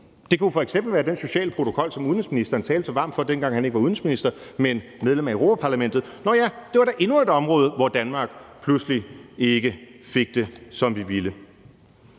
Det kunne f.eks. være den sociale protokol, som udenrigsministeren talte så varmt for, dengang han ikke var udenrigsminister, men medlem af Europa-Parlamentet. Nå ja, det var da endnu et område, hvor Danmark pludselig ikke fik det, som vi ville.